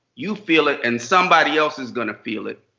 you feel it and somebody else is gonna feel it.